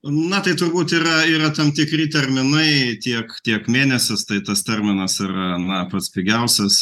na tai turbūt yra yra tam tikri terminai tiek tiek mėnesis tai tas terminas yra na pats pigiausias